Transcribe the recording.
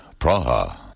Praha